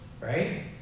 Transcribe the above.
right